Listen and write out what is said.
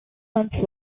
months